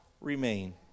remain